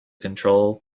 control